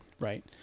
Right